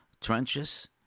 trenches